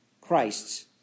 Christ's